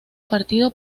partido